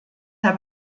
herr